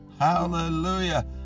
hallelujah